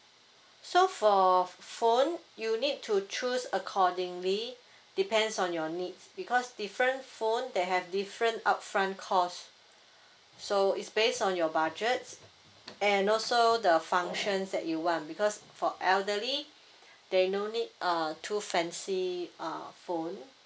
so for phone you need to choose accordingly depends on your needs because different phone they have different upfront cost so is based on your budget and also the functions that you want because for elderly they no need uh too fancy uh phone